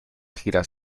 giras